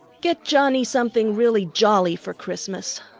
get johnnie something really jolly for christmas.